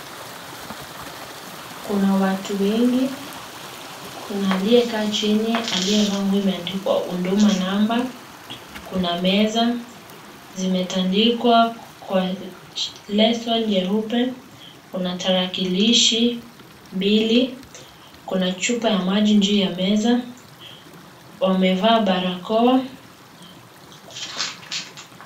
Kuna watu wengi, kuna aliyekaa chini aliyevaa nguo imeandikwa huduma namba, kuna meza, zimetaandikwa kwa leso nyeupe, kuna tarakilishi mbili, kuna chupa ya maji juu ya meza, wamevaa barakoa.